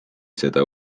seda